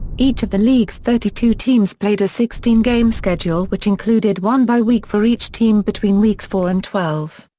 each of the league's thirty two teams played a sixteen game schedule which included one bye week for each team between weeks four and twelve.